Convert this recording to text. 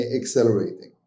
accelerating